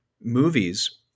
movies